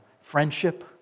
friendship